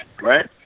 right